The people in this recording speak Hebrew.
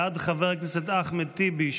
בעד חבר הכנסת אחמד טיבי,